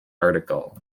article